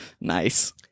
nice